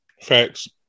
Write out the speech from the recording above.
Facts